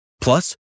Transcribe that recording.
Plus